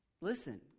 listen